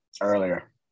Earlier